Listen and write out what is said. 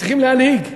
צריכים להנהיג.